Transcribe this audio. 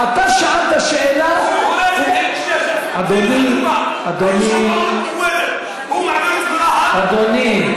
אתה שאלת שאלה, אדוני, אדוני.